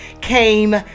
came